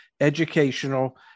educational